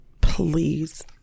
Please